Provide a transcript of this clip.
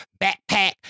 backpack